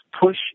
push